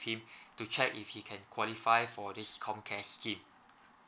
him to check if he can qualify for this comcare scheme